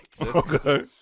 Okay